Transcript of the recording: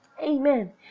amen